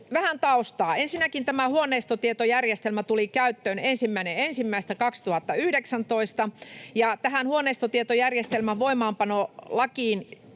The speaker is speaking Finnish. vähän taustaa: Ensinnäkin tämä huoneistotietojärjestelmä tuli käyttöön 1.1.2019, ja huoneistotietojärjestelmän voimaanpanolain